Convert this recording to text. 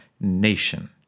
nation